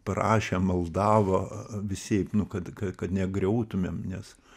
prašė maldavo visi nu kad kad negriautumėm nes